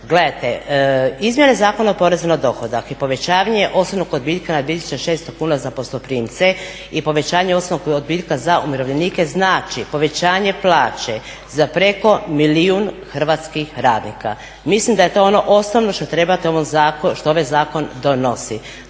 gledajte, izmjene Zakona o porezu na dohodak i povećavanje osobnog odbitka na 2600 kuna za posloprimce i povećanje osobnog odbitka za umirovljenike znači povećanje plaće za preko milijun hrvatskih radnika. Mislim da je to ono osnovno što ovaj zakon donosi.